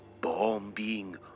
Bombing